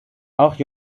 auch